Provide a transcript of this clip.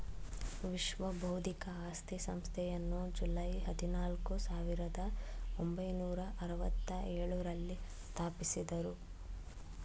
ವಿಶ್ವ ಬೌದ್ಧಿಕ ಆಸ್ತಿ ಸಂಸ್ಥೆಯನ್ನು ಜುಲೈ ಹದಿನಾಲ್ಕು, ಸಾವಿರದ ಒಂಬೈನೂರ ಅರವತ್ತ ಎಳುರಲ್ಲಿ ಸ್ಥಾಪಿಸಿದ್ದರು